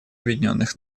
объединенных